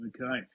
Okay